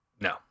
No